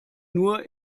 nur